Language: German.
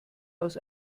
aus